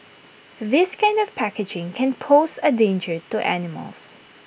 this kind of packaging can pose A danger to animals